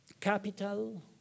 capital